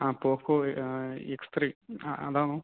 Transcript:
ആ Poco X three ആ അതാണോ